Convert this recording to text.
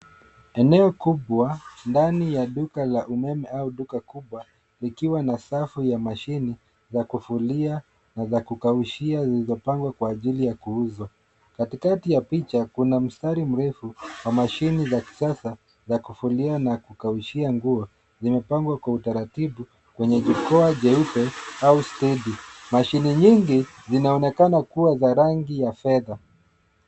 Eneo kubwa ndani ya duka la umeme au duka kubwa likiwa na safu ya mashine za kufulia na za kukaushia zilizo pangwa kwa ajili ya kuuzwa. Katikati ya picha kuna mstari mrefu wa mashine za kisasa za kufulia na kukaushia nguo, zimepangwa kwa utaratibu kwenye jukwa jeupe au stedi. Mashine nyingi zinaonekana kuwa za rangi ya fedha.